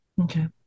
Okay